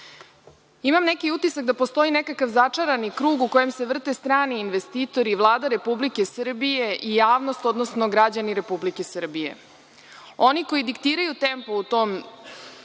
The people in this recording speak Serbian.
neki utisak da postoji nekakav začarani krug u kome se vrte strani investitori i Vlada Republike Srbije i javnost, odnosno građani Republike Srbije. Oni koji diktiraju tempo u tom